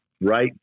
right